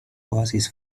oasis